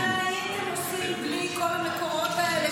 מה הייתם עושים בלי כל המקורות האלה